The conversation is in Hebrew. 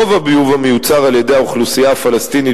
רוב הביוב המיוצר על-ידי האוכלוסייה הפלסטינית